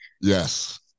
Yes